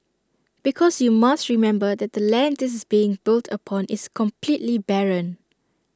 because you must remember that the land this is being built upon is completely barren